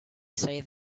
say